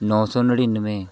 ਨੌ ਸੌ ਨੜਿਨਵੇਂ